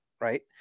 right